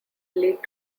lead